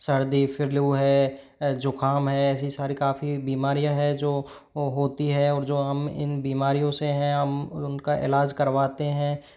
सर्दी फ़िलू है ज़ुकाम है ऐसी सारी काफ़ी बीमारिया हैं जो होती है और जो हम इन बीमारियों से हैं हम उनका इलाज करवाते हैं